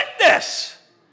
witness